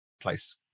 place